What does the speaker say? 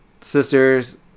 sister's